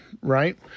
right